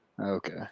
Okay